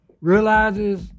realizes